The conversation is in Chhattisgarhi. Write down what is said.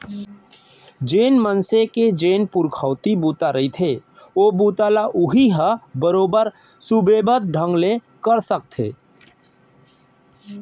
जेन मनसे के जेन पुरखउती बूता रहिथे ओ बूता ल उहीं ह बरोबर सुबेवत ढंग ले कर सकथे